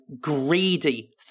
greedy